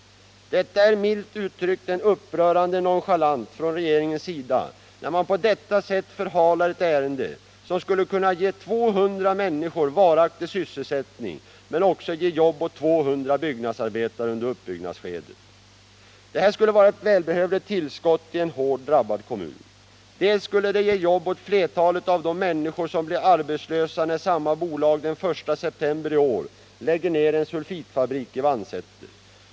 Det är milt uttryckt en upprörande nonchalans från regeringens sida när man på detta sätt förhalar ett ärende som skulle kunna ge ca 200 människor varaktig sysselsättning men också ge jobb åt ca 200 byggnadsarbetare under uppbyggnadsskedet. Det här skulle vara ett välbehövligt tillskott i en hårt drabbad kommun. Det skulle ge jobb åt flertalet av de människor som blir arbetslösa när samma bolag den 1 september i år lägger ner sulfitfabriken i Vansäter.